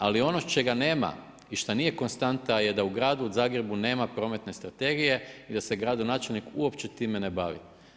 Ali ono čega nema i šta nije konstanta je da u gradu Zagrebu nema prometne strategije i da se gradonačelnik uopće time ne bavi.